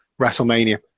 WrestleMania